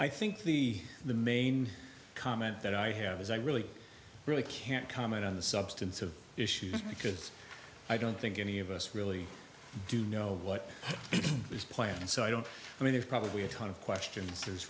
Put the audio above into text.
i think the the main comment that i have is i really really can't comment on the substance of issues because i don't think any of us really do know what is planned so i don't i mean there's probably a ton of questions